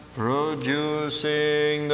producing